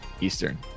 Eastern